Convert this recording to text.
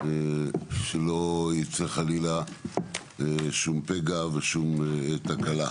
שלא ייצא חלילה שום פגע ושום תקלה,